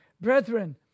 Brethren